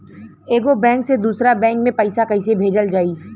एगो बैक से दूसरा बैक मे पैसा कइसे भेजल जाई?